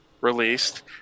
released